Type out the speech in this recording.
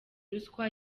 ruswa